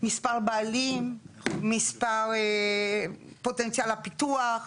מספר בעלים, פוטנציאל הפיתוח.